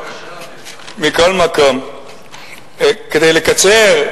כדי לקצר,